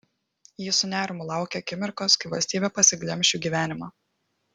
ji su nerimu laukė akimirkos kai valstybė pasiglemš jų gyvenimą